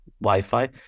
Wi-Fi